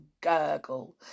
gurgle